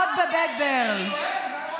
עוד בבית ברל, אני שואל.